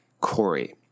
Corey